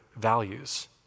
values